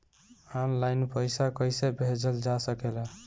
आन line पईसा कईसे भेजल जा सेकला?